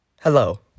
Hello